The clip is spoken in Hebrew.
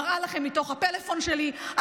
מראה לכם מתוך הפלאפון שלי.